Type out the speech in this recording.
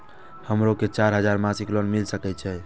हमरो के चार हजार मासिक लोन मिल सके छे?